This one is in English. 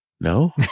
No